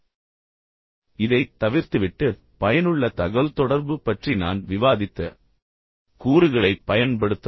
எனவே இதைத் தவிர்த்துவிட்டு பயனுள்ள தகவல்தொடர்பு பற்றி நான் விவாதித்த கூறுகளைப் பயன்படுத்தவும்